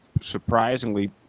surprisingly